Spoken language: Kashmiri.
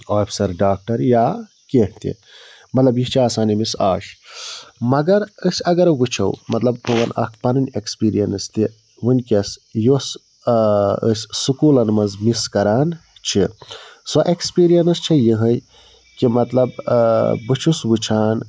آفیسَر ڈاکٹَر یا کیٚنٛہہ تہِ مطلب یہِ چھِ آسان أمِس آش مگر أسۍ اگر وُچھو مطلب بہٕ ونہٕ اَکھ پَنٕنۍ ایکٕسپیٖریَنس تہِ وُنکٮ۪س یۄس أسۍ سکوٗلَن منٛز مِس کَران چھِ سۄ ایکٕسپیٖریَنٕس چھےٚ یِہَے کہِ مطلب بہٕ چھُس وُچھان